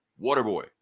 waterboy